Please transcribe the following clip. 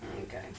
Okay